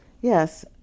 Yes